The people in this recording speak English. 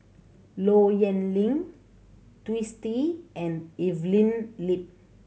Low Yen Ling Twisstii and Evelyn Lip